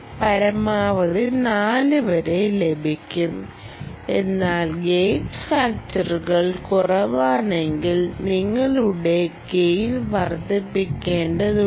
പരമാവധി 4 വരെ ലഭിക്കും എന്നാൽ ഗേജ് ഫാക്ടറുകൾ കുറവാണെങ്കിൽ നിങ്ങളുടെ ഗെയിൻ വർദ്ധിപ്പിക്കേണ്ടതുണ്ട്